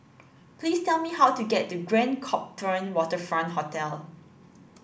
please tell me how to get to Grand Copthorne Waterfront Hotel